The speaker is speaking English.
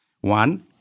One